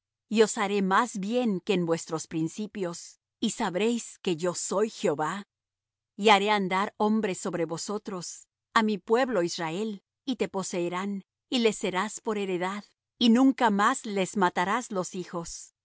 y os haré más bien que en vuestros principios y sabréis que yo soy jehová y haré andar hombres sobre vosotros á mi pueblo israel y te poseerán y les serás por heredad y nunca más les matarás los hijos